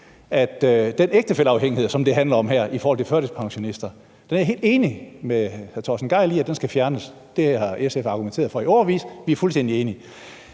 Den ægtefælleafhængighed, som det handler om her i forhold til førtidspensionister, er jeg helt enig med hr. Torsten Gejl i skal fjernes. Det har SF argumenteret for i årevis. Vi er fuldstændig enige.